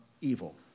evil